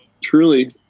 truly